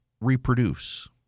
reproduce—